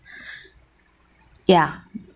ya